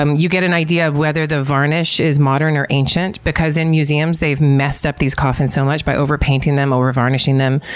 you get an idea of whether the varnish is modern or ancient, because in museums they've messed up these coffins so much by overpainting them overvarnishing them,